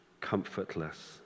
comfortless